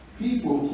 people